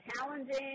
challenging